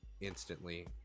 instantly